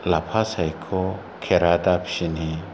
लाफा सायख' खेरा दाफिनि